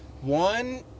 one